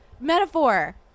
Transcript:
metaphor